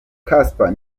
casper